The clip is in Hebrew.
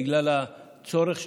בגלל הצורך שלהן,